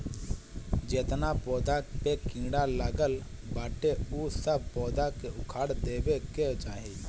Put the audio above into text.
जेतना पौधा पे कीड़ा लागल बाटे उ सब पौधा के उखाड़ देवे के चाही